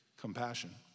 compassion